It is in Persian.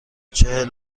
چهل